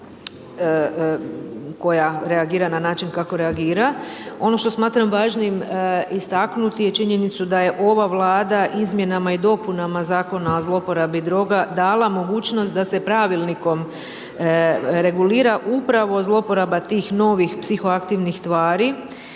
koja reagira na način kako reagira. Ono što smatram važnim istaknuti je činjenicu da je ova Vlada izmjenama i dopunama Zakona o zloporabi droga dala mogućnost da se pravilnikom regulira zloporaba tih novih psihoaktivnih tvari